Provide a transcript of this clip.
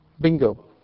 Bingo